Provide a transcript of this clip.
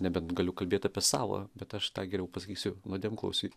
nebent galiu kalbėt apie savo bet aš tą geriau pasakysiu nuodėmklausiui